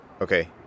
Okay